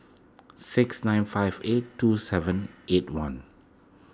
six nine five eight two seven eight one